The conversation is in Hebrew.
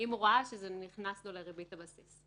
אם הוא ראה שזה נכנס לו לריבית הבסיס.